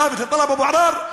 מוות לטלב אבו עראר,